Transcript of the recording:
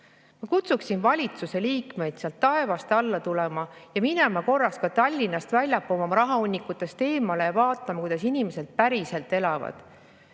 Ma kutsuksin valitsuse liikmeid taevast alla tulema ja minema korraks Tallinnast ka väljapoole, oma rahahunnikutest eemale, ja vaatama, kuidas inimesed päriselt elavad.